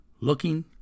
looking